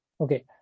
Okay